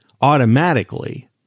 automatically